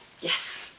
yes